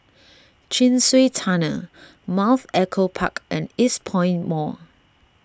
Chin Swee Tunnel Mount Echo Park and Eastpoint Mall